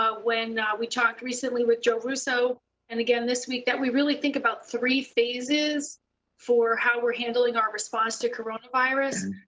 ah when we talked recently with joe russo and again this week, we really think about three phases for how we're handling our response to coronavirus.